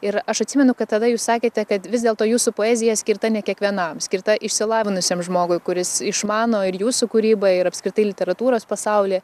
ir aš atsimenu kad tada jūs sakėte kad vis dėlto jūsų poezija skirta ne kiekvienam skirta išsilavinusiam žmogui kuris išmano ir jūsų kūrybą ir apskritai literatūros pasaulį